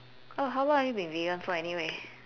oh how long have you been vegan for anyway